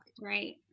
Right